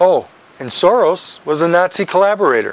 oh and soros was a nazi collaborat